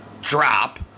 drop